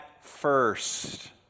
first